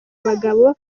abagabo